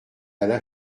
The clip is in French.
alla